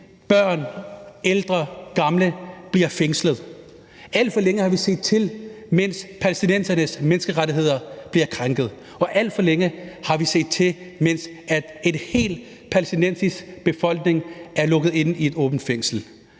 børn, ældre og gamle bliver fængslet. Alt for længe har vi set til, mens palæstinensernes menneskerettigheder bliver krænket. Og alt for længe har vi set til, mens en hel palæstinensisk befolkning er lukket inde i et åbent fængsel.